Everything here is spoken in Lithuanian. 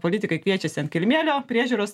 politikai kviečiasi ant kilimėlio priežiūros